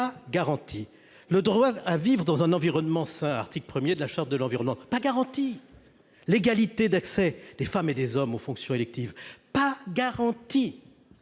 pas garantie. Le droit de vivre dans un environnement sain – c’est l’article 1 de la Charte de l’environnement –: pas garanti. L’égal accès des femmes et des hommes aux fonctions électives : pas garanti